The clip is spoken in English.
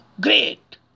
great